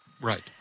right